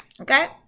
Okay